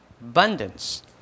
abundance